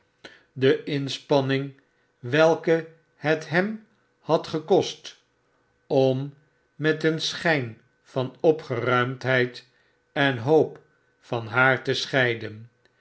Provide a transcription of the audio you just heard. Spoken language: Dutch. de inspanning welke het hem had gekost om met een schijn vanopgeruimdheid en hoop van haar te scheiden